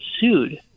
sued